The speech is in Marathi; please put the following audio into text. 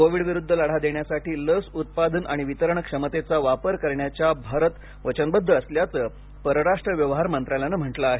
कोविडविरुद्ध लढा देण्यासाठी लस उत्पादन आणि वितरण क्षमतेचा वापर करण्याच्या भारत वचनबद्ध असल्याचं परराष्ट्र व्यवहार मंत्रालयाने म्हटलं आहे